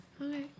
Okay